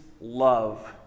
love